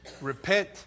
repent